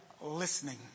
listening